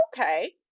okay